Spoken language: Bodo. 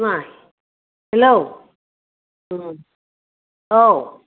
मा हेल्ल' अ औ